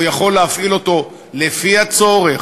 והוא יכול להפעיל אותו לפי הצורך,